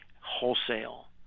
wholesale